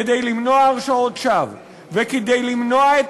כדי למנוע הרשעות שווא וכדי למנוע את